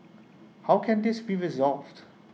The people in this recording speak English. how can this be resolved